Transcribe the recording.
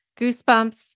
goosebumps